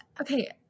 Okay